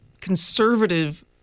conservative